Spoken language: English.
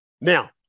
Now